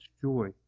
joy